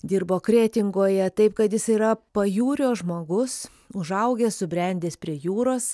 dirbo kretingoje taip kad jis yra pajūrio žmogus užaugęs subrendęs prie jūros